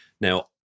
Now